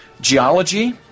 Geology